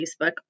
facebook